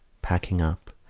packing up,